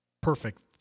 Perfect